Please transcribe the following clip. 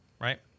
right